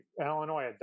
Illinois